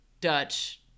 Dutch